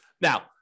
Now